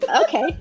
Okay